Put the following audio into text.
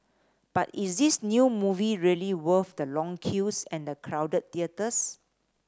but is this new movie really worth the long queues and the crowded theatres